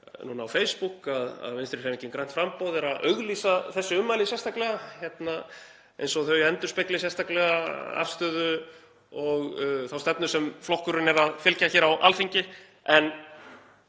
sé á Facebook að Vinstrihreyfingin – grænt framboð er að auglýsa þessi ummæli sérstaklega, eins og þau endurspegli sérstaklega afstöðu og þá stefnu sem flokkurinn er að fylgja á Alþingi.